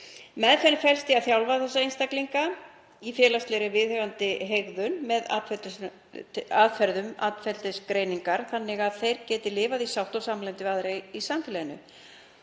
Meðferðin felst í að þjálfa þessa einstaklinga í félagslega viðeigandi hegðun með aðferðum atferlisgreiningar þannig að þeir geti lifað í sátt og samlyndi við aðra í samfélaginu.